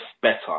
better